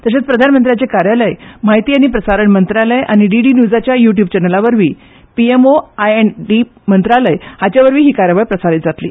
तशेच प्रधानमंत्र्यांचे कार्यालय म्हायती आनी प्रसारण मंत्रालय आनी डीडी न्युजाच्या युट्युब चॅनलावरवी P M O I and B मंत्रालय हाचेवरवीय ही कार्यावळ प्रसारित जातली